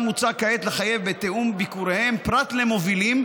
מוצע כעת לחייב בתיאום ביקוריהם פרט למובילים,